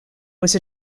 was